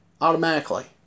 automatically